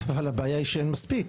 אבל הבעיה היא שאין מספיק.